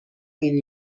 این